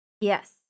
Yes